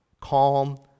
calm